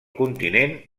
continent